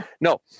No